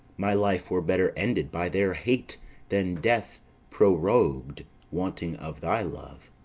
my life were better ended by their hate than death prorogued, wanting of thy love.